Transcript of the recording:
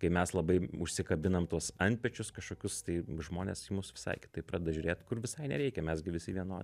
kai mes labai užsikabinam tuos antpečius kažkokius tai žmonės į mus visai kitaip pradeda žiūrėt kur visai nereikia mes gi visi vienodi